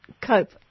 cope